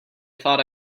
thought